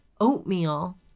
oatmeal